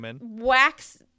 wax